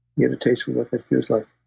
get a taste of what that feels like.